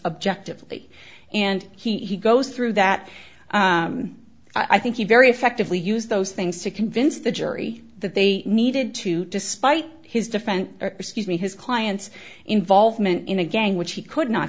objective and he goes through that i think you very effectively use those things to convince the jury that they needed to despite his defense gives me his client's involvement in a gang which he could not